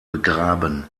begraben